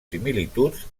similituds